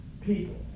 people